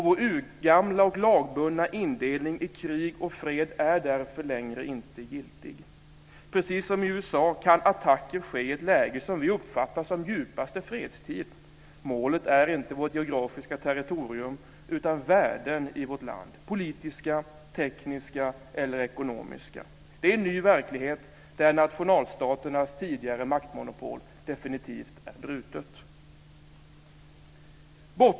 Vår urgamla och lagbundna indelning i krig och fred är därför inte längre giltig. Precis som i USA kan attacker ske i ett läge som vi uppfattar som djupaste fredstid. Målet är inte vårt geografiska territorium utan värden i vårt land; politiska, tekniska eller ekonomiska. Det är en ny verklighet där nationalstaternas tidigare maktmonopol definitivt är brutet.